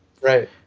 right